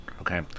Okay